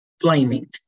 flaming